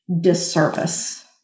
disservice